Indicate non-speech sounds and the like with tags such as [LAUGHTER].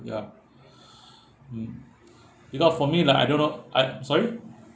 ya [BREATH] mm because for me like I don't know I sorry